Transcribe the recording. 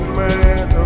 man